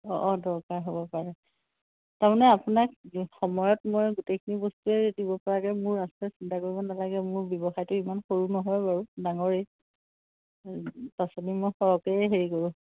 অঁ অঁ দৰকাৰ হ'ব পাৰে তাৰমানে আপোনাক সময়ত মই গোটেইখিনি বস্তুৱেই দিবপৰাকৈ মোৰ আছে চিন্তা কৰিব নালাগে মোৰ ব্যৱসায়টো ইমান সৰু নহয় বাৰু ডাঙৰেই পাচলি মই সৰহকৈয়ে হেৰি কৰোঁ